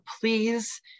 please